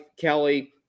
Kelly